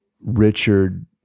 richard